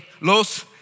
Los